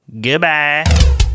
Goodbye